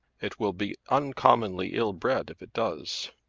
it will be uncommonly ill-bred if it does.